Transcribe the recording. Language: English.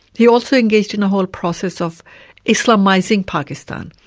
he also engaged in a whole process of islamising pakistan.